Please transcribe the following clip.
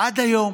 עד היום